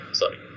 sorry